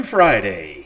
Friday